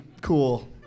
cool